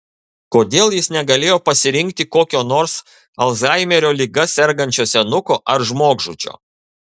kodėl jis negalėjo pasirinkti kokio nors alzhaimerio liga sergančio senuko ar žmogžudžio